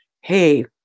hey